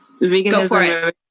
veganism